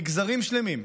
מגזרים שלמים,